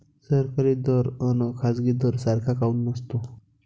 सरकारी दर अन खाजगी दर सारखा काऊन नसतो?